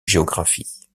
géographie